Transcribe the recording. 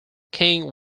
king